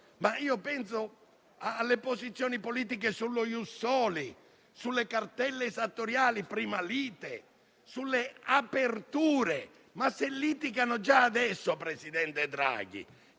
Penso alle posizioni politiche sullo *ius soli*, sulle cartelle esattoriali (prima lite), sulle riaperture. Se litigano già adesso, presidente Draghi,